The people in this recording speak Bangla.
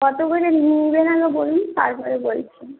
কত করে নেবেন আগে বলুন তারপরে বলছি